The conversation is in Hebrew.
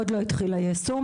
עוד לא התחיל היישום.